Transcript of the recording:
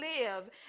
live